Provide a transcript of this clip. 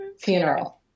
funeral